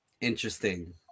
Interesting